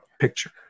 picture